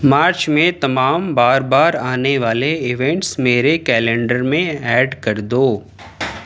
مارچ میں تمام بار بار آنے والے ایوینٹس میرے کیلنڈر میں ایڈ کر دو